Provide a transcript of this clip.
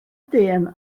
dyn